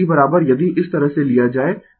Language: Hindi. T यदि इस तरह से लिया जाए T 2π